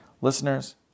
listeners